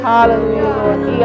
Hallelujah